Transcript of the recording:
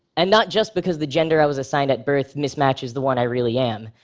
and not just because the gender i was assigned at birth mismatches the one i really am.